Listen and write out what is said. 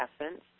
essence